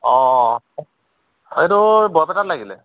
অঁ এইটো বৰপেটাত লাগিলে